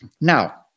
Now